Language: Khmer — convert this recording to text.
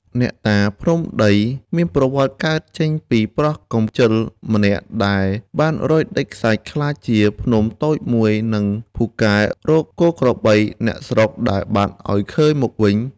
អ្នកតាភ្នំដីមានប្រវត្តិកើតចេញពីប្រុសកម្ជឹលម្នាក់ដែលបានរោយដីខ្សាច់ក្លាយជាភ្នំតូចមួយនិងពូកែរកគោក្របីអ្នកស្រុកដែលបាត់ឲ្យឃើញមកវិញ។